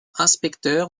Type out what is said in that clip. inspecteur